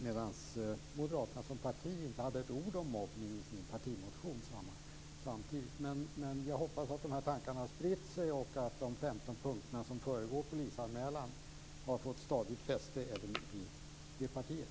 Men Moderaterna som parti hade inte ett ord om mobbning i sin partimotion. Jag hoppas att tankarna har spritt sig och att de 15 punkterna som föregår polisanmälan har fått stadigt fäste även i det partiet.